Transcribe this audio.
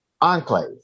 enclave